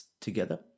together